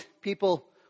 people